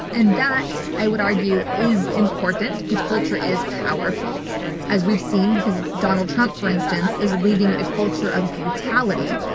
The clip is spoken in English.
and that, i would argue, is important because culture is powerful as we've seen. because donald trump, for instance, is leading a culture of brutality.